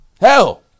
Hell